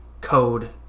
code